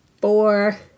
four